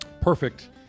perfect